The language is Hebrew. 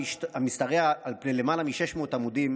המשתרע על פני למעלה מ-600 עמודים,